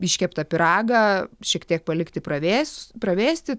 iškeptą pyragą šiek tiek palikti pravės pravėsti